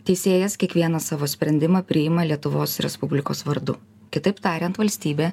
teisėjas kiekvieną savo sprendimą priima lietuvos respublikos vardu kitaip tariant valstybė